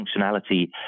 functionality